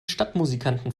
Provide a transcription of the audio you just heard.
stadtmusikanten